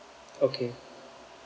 okay